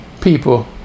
People